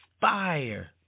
Fire